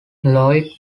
lloyd